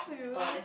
!aiya!